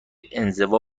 انزوا